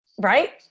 right